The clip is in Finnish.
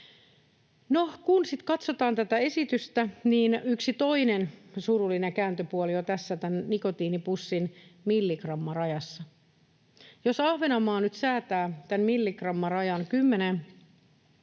katsotaan tätä esitystä, niin toinen surullinen kääntöpuoli on tässä nikotiinipussin milligrammarajassa. Jos Ahvenanmaa nyt säätää tämän milligrammarajan